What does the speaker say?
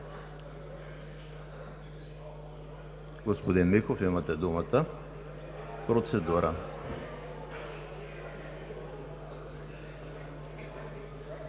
Господин Михов, имате думата за процедура.